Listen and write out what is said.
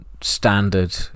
standard